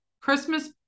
Christmas